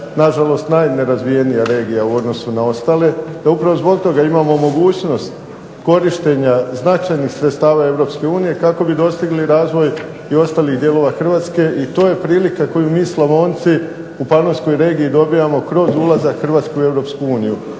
nažalost najnerazvijenija regija u odnosu na ostale te upravo zbog toga imamo mogućnost korištenja značajnih sredstava Europske unije kako bi dostigli razvoj i ostalih dijelova Hrvatske. I to je prilika koju mi Slavonci u panonskoj regiji dobivamo kroz ulazak Hrvatske u